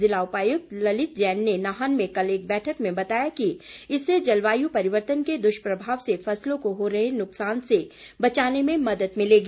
ज़िला उपायुक्त ललित जैन ने नाहन में कल एक बैठक में बताया कि इससे जलवायु परिवर्तन के दुष्प्रभाव से फसलों को हो रहे नुकसान से बचाने में मदद मिलेगी